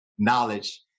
Knowledge